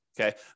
Okay